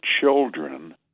children